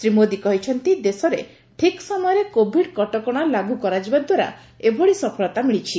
ଶ୍ରୀ ମୋଦୀ କହିଛନ୍ତି ଦେଶରେ ଠିକ୍ ସମୟରେ କୋବିଡ୍ କଟକଣା ଲାଗୁ କରାଯିବା ଦ୍ୱାରା ଏଭଳି ସଫଳତା ମିଳିଛି